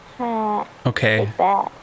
okay